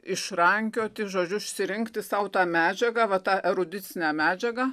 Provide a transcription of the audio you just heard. išrankioti žodžiu išsirinkti sau tą medžiagą va tą erudicinę medžiagą